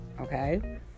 okay